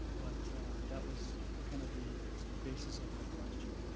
but that was kinda the basis of my question.